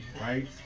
right